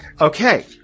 Okay